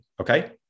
okay